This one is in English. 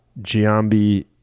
Giambi